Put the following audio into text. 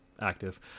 active